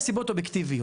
היו סיבות אובייקטיביות.